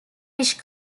wish